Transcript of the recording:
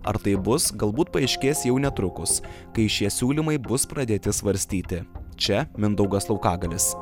ar tai bus galbūt paaiškės jau netrukus kai šie siūlymai bus pradėti svarstyti čia mindaugas laukagalis